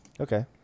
Okay